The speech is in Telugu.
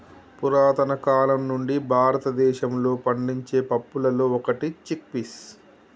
పురతన కాలం నుండి భారతదేశంలో పండించే పప్పులలో ఒకటి చిక్ పీస్